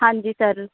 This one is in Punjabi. ਹਾਂਜੀ ਸਰ